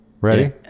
Ready